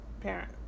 parent